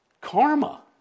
Karma